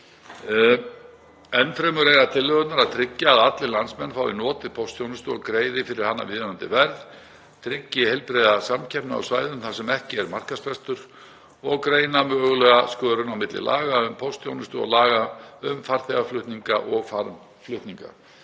Enn fremur eiga tillögurnar að tryggja að allir landsmenn fái notið póstþjónustu og greiði fyrir hana viðunandi verð, tryggja heilbrigða samkeppni á svæðum þar sem ekki er markaðsbrestur og greina mögulega skörun á milli laga um póstþjónustu og laga um farþegaflutninga og farmflutninga.